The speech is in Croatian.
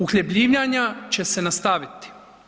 Uhljebljivanja će se nastaviti.